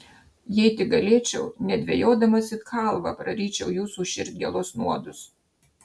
jei tik galėčiau nedvejodamas it chalvą praryčiau jūsų širdgėlos nuodus